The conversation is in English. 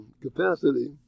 capacity